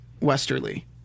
Westerly